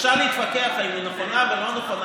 אפשר להתווכח אם היא נכונה או לא נכונה,